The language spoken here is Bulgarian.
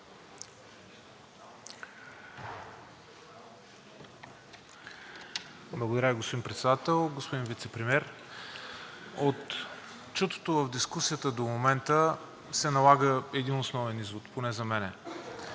Благодаря, господин Председател. Господин Вицепремиер, от чутото в дискусията до момента се налага един основен извод, поне за мен,